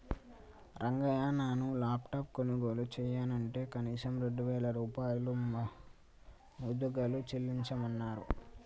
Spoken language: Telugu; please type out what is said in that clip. రంగయ్య నాను లాప్టాప్ కొనుగోలు చెయ్యనంటే కనీసం రెండు వేల రూపాయలు ముదుగలు చెల్లించమన్నరు